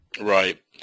Right